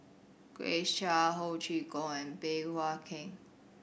Grace Chia Ho Chee Kong and Bey Hua Heng